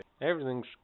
everything's